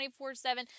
24-7